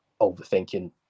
overthinking